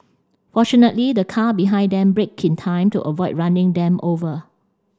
fortunately the car behind them braked in time to avoid running them over